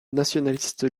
nationalistes